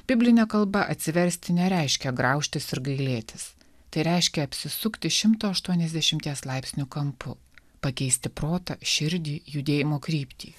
bibline kalba atsiversti nereiškia graužtis ir gailėtis tai reiškia apsisukti šimto aštuoniasdešimties laipsnių kampu pakeisti protą širdį judėjimo kryptį